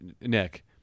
Nick